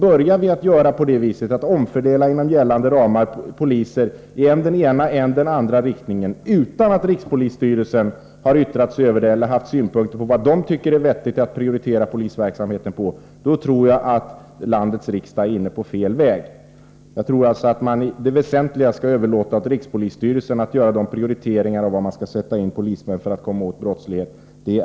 Börjar vi omfördela poliser inom gällande ramar i än den ena än den andra riktningen, utan att rikspolisstyrelsen har framfört synpunkter på vad den tycker är vettigt att prioritera inom polisverksamheten, då tror jag att landets riksdag är inne på fel väg. Jag tror alltså att man i det väsentliga skall överlåta åt rikspolisstyrelsen att göra prioriteringar i fråga om var man skall sätta in polismän för att komma åt brottslighet.